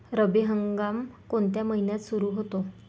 रब्बी हंगाम कोणत्या महिन्यात सुरु होतो?